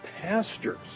pastors